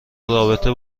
رابطه